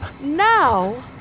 now